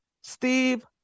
Steve